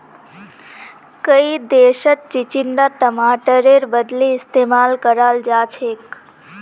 कई देशत चिचिण्डा टमाटरेर बदली इस्तेमाल कराल जाछेक